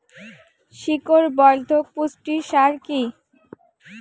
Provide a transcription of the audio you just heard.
শিকড় বর্ধক পুষ্টি সার কি?